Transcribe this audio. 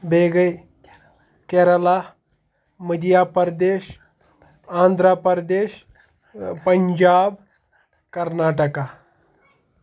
بیٚیہِ گٔے کیرلا مٔدھیہ پَردیش آندھرا پَردیش پنجاب کَرناٹَکا